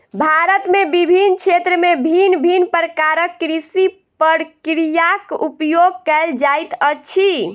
भारत में विभिन्न क्षेत्र में भिन्न भिन्न प्रकारक कृषि प्रक्रियाक उपयोग कएल जाइत अछि